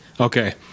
Okay